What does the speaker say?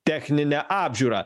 techninę apžiūrą